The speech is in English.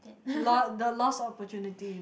lo~ the lost opportunity